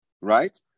right